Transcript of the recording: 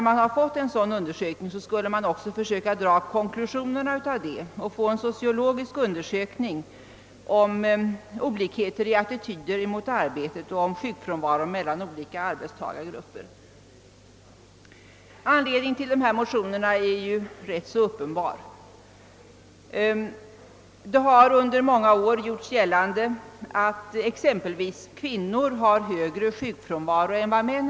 Man skulle därefter också försöka dra konklusionerna av undersökningen och få till stånd en sociologisk undersökning om olikheter i attityder mot arbetet och om sjukfrånvaron mellan olika arbetstagargrupper. Anledningen till dessa motioner är ganska uppenbar. Det har under många år gjorts gällande att t.ex. kvinnor har en högre sjukfrånvaro än män.